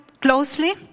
closely